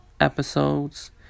episodes